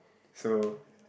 so